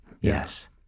Yes